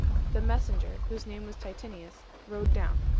the messenger, whose name was titinius, rode down.